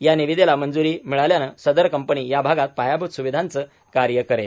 या निविदेला मंजुरी मिळाल्याने सदर कंपनी या भागात पायाभूत सुविधांचे कार्य करेल